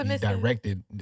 directed